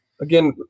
again